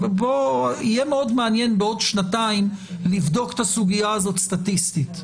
יהיה מאוד מעניין בעוד שנתיים לבדוק סטטיסטית את הסוגיה הזאת,